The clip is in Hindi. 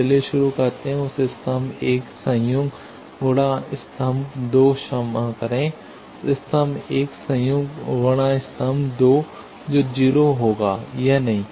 तो चलिए शुरू करते हैं उस स्तंभ 1 संयुग्म गुणा स्तंभ 2 क्षमा करें स्तंभ 1 संयुग्म गुणा स्तंभ 2 जो 0 होगा यह नहीं